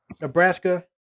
Nebraska